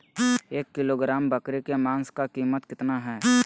एक किलोग्राम बकरी के मांस का कीमत कितना है?